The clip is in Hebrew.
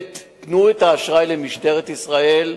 תנו את האשראי למשטרת ישראל,